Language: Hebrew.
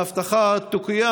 שההבטחה תקוים.